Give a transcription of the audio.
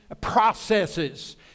processes